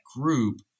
group